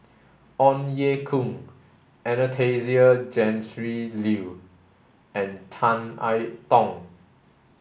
Ong Ye Kung Anastasia Tjendri Liew and Tan I Tong